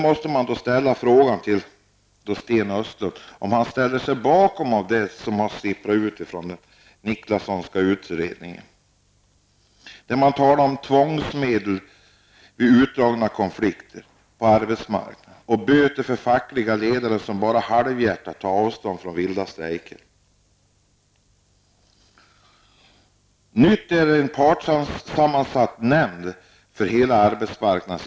Jag vill fråga Sten Östlund om han ställer sig bakom det som har sipprat ut från utredningen. Man talar där om tvångsmedel vid utdragna konflikter på arbetsmarknaden och böter för fackliga ledare som bara halvhjärtat tar avstånd från vilda strejker. Nytt är även inrättandet av en partssammansatt nämnd för hela arbetsmarknaden.